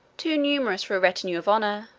too numerous for a retinue of honor,